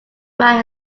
ran